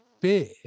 fear